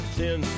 ten